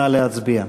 נא להצביע.